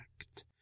act